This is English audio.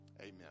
Amen